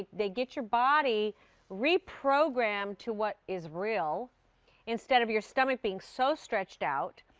they get your body reprogrammed to what is real instead of your stomach being so stretched out,